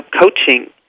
coaching